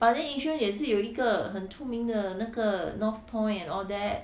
but then yishun 也是有一个很出名的那个 north point and all that